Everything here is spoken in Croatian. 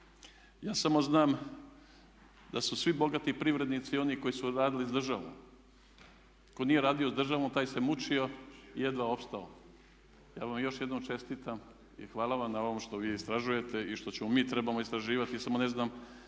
Ja samo znam da su svi bogati privrednici oni koji su radili s državom. Tko nije radio s državom taj se mučio i jedva opstao. Ja vam još jednom čestitam i hvala vam na ovom što vi istražujete i što ćemo mi, što mi trebamo istraživati. Samo ne znam